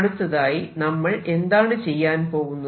അടുത്തതായി നമ്മൾ എന്താണ് ചെയ്യാൻപോകുന്നത്